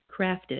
crafted